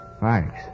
Thanks